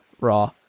Raw